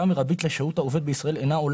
ביטול התוספת התוספת לחוק העיקרי בטלה.